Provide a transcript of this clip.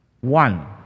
One